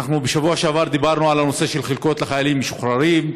בשבוע שעבר דיברנו על הנושא של חלקות לחיילים משוחררים.